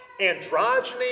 Androgyny